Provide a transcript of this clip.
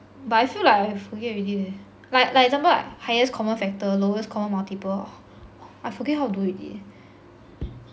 but I feel like I forget already leh like like example highest common factor lowest common multiple !wah! I forget how to do already eh